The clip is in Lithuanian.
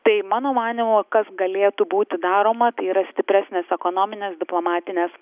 tai mano manymu kas galėtų būti daroma tai yra stipresnės ekonominės diplomatinės